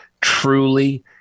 truly